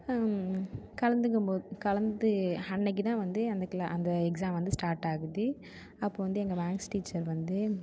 கலந்துக்கு கலந்து அன்னக்குதான் வந்து அந்த அந்த எக்ஸாம் வந்து ஸ்டார்ட் ஆகுது அப்போ வந்து எங்கள் மேக்ஸ் டீச்சர் வந்து